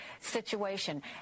situation